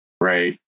Right